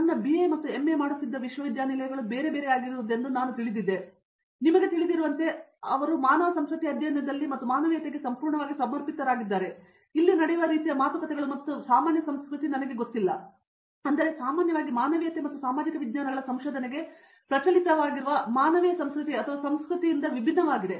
ನನ್ನ ಬಿಎ ಮತ್ತು ನನ್ನ ಎಮ್ಎ ಮಾಡುತ್ತಿದ್ದ ವಿಶ್ವವಿದ್ಯಾನಿಲಯಗಳು ಬೇರೆ ಬೇರೆಯಾಗಿರುವುದನ್ನು ನಾನು ತಿಳಿದಿದ್ದೆ ನಿಮಗೆ ತಿಳಿದಿರುವಂತೆ ಅವರು ಹಾಗಾಗಿ ಮಾನವ ಸಂಸ್ಕೃತಿಯ ಅಧ್ಯಯನದಲ್ಲಿ ಮತ್ತು ಮಾನವೀಯತೆಗೆ ಸಂಪೂರ್ಣವಾಗಿ ಸಮರ್ಪಿತವಾಗಿದ್ದಾರೆ ಇಲ್ಲಿ ನಡೆಯುವ ರೀತಿಯ ಮಾತುಕತೆಗಳು ಮತ್ತು ಸಾಮಾನ್ಯ ಸಂಸ್ಕೃತಿ ನನಗೆ ಗೊತ್ತಿಲ್ಲ ಅಂದರೆ ಸಾಮಾನ್ಯವಾಗಿ ಮಾನವೀಯತೆ ಮತ್ತು ಸಾಮಾಜಿಕ ವಿಜ್ಞಾನಗಳ ಸಂಶೋಧನೆಗೆ ಪ್ರಚಲಿತವಾಗಿರುವ ಮಾನವೀಯ ಸಂಸ್ಕೃತಿ ಅಥವಾ ಸಂಸ್ಕೃತಿಯಿಂದ ವಿಭಿನ್ನವಾಗಿದೆ